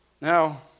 Now